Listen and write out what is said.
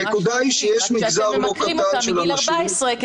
הנקודה היא שיש מגזר לא קטן של אנשים --- ממש.